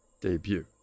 debut